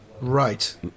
Right